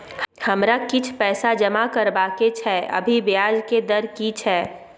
हमरा किछ पैसा जमा करबा के छै, अभी ब्याज के दर की छै?